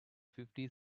fifty